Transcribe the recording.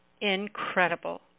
incredible